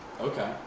Okay